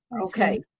Okay